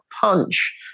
punch